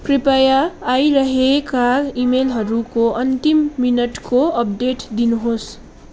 कृपया आइरहेका इमेलहरूको अन्तिम मिनटको अपडेट दिनुहोस्